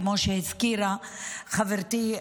כמו שהזכירה חברתי,